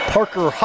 Parker